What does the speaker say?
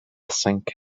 cinq